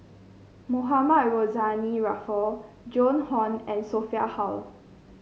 Mohamed Rozani Maarof Joan Hon and Sophia Hull